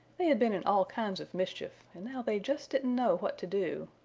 they had been in all kinds of mischief and now they just didn't know what to do.